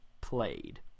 played